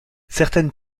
certaines